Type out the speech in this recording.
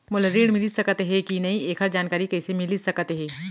मोला ऋण मिलिस सकत हे कि नई एखर जानकारी कइसे मिलिस सकत हे?